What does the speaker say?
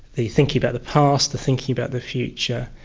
the thinking about the past, the thinking about the future,